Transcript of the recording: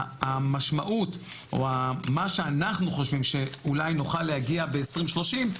מה שאנחנו חושבים שאולי נוכל להגיע ב-2030,